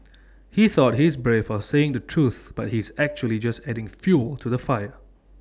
he thought he is brave for saying the truth but he is actually just adding fuel to the fire